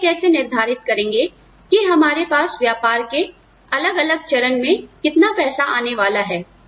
हम यह कैसे निर्धारित करेंगे कि हमारे व्यापार के अलग अलग चरण में कितना पैसा जाने वाला है